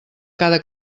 cada